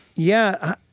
yeah.